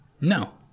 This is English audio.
No